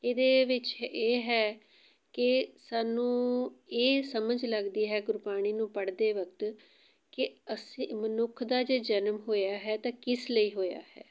ਇਹਦੇ ਵਿੱਚ ਇਹ ਹੈ ਕਿ ਸਾਨੂੰ ਇਹ ਸਮਝ ਲੱਗਦੀ ਹੈ ਗੁਰਬਾਣੀ ਨੂੰ ਪੜ੍ਹਦੇ ਵਕਤ ਕਿ ਅਸੀਂ ਮਨੁੱਖ ਦਾ ਜੇ ਜਨਮ ਹੋਇਆ ਹੈ ਤਾਂ ਕਿਸ ਲਈ ਹੋਇਆ ਹੈ